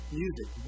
music